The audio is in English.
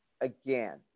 again